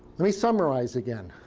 let me summarize again.